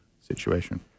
situation